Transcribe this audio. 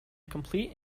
complete